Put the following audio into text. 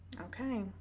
okay